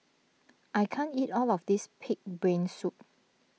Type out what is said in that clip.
I can't eat all of this Pig's Brain Soup